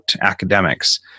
academics